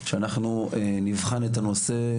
שאנחנו נבחן את הנושא.